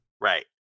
Right